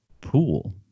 pool